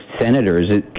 senators